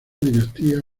dinastía